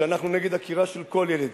שאנחנו נגד עקירה של כל ילד.